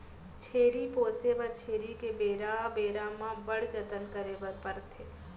छेरी पोसे बर छेरी के बेरा बेरा म बड़ जतन करे बर परथे